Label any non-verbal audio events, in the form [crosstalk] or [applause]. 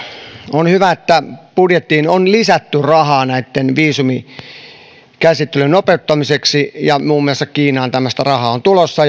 on hyvä että budjettiin on lisätty rahaa näitten viisumikäsittelyiden nopeuttamiseksi muun muassa kiinaan tämmöistä rahaa on tulossa [unintelligible]